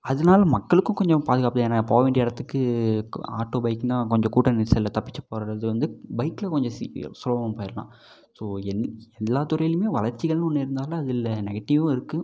அதனால மக்களுக்கும் கொஞ்சம் பாதுகாப்பு ஏன்னா போவேண்டிய இடத்துக்கு ஆட்டோ பைக்குனா கொஞ்சம் கூட்டம் நெரிசலில் தப்பித்து போகிறது வந்து பைக்கில் கொஞ்சம் சுலபமாக போயிடலாம் ஸோ எல்லாத்துறையிலுமே வளர்ச்சிகள்னு ஒன்று இருந்தால் அதில் நெகட்டிவும் இருக்கு